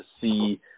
see